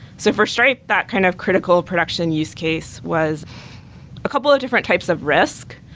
so for stripe, that kind of critical production use case was a couple of different types of risk,